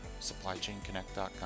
SupplyChainConnect.com